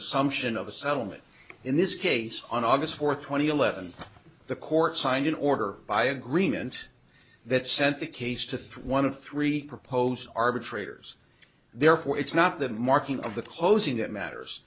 assumption of a settlement in this case on august fourth two thousand and eleven the court signed an order by agreement that sent the case to one of three proposed arbitrators therefore it's not the marking of the closing that matters